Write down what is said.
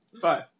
Five